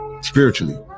spiritually